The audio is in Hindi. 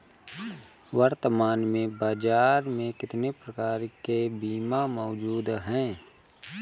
वर्तमान में बाज़ार में कितने प्रकार के बीमा मौजूद हैं?